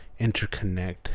interconnect